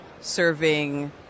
serving